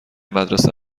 مدرسه